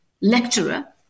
lecturer